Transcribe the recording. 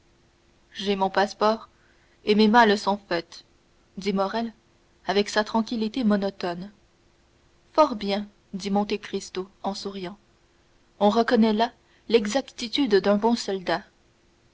j'ai mon passeport et mes malles sont faites dit morrel avec sa tranquillité monotone fort bien dit monte cristo en souriant on reconnaît là l'exactitude d'un bon soldat